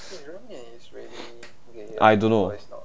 I don't know